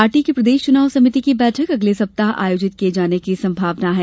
party की प्रदेश चुनाव समिति की बैठक अगले सप्ताह आयोजित किये जाने की संभावना है